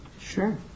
Sure